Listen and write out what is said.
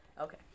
Okay